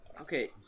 Okay